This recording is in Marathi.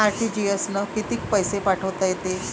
आर.टी.जी.एस न कितीक पैसे पाठवता येते?